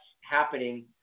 happening